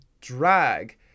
drag